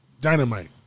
Dynamite